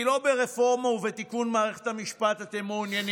כי לא ברפורמה או בתיקון מערכת המשפט אתם מעוניינים,